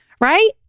right